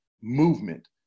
movement